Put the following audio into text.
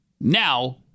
Now